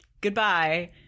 goodbye